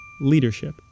Leadership